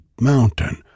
Mountain